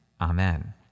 Amen